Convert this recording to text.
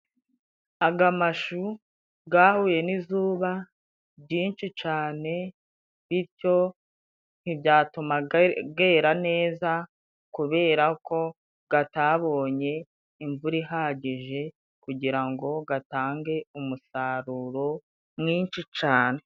Aga mashu gahuye n'izuba ryinshi cane bityo ntibyatuma gera neza kubera ko gatabonye imvura ihagije kugira ngo gatange umusaruro mwinshi cane.